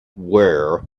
wear